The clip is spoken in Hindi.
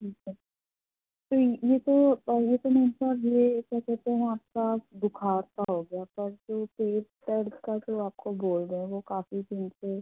ठीक है तो ये तो पहले तो मेन कॉज़ ये क्या कहते हैं उसका बुख़ार का हो गया पर जो पेट दर्द का जो आपको बोल रहे वह काफ़ी दिन से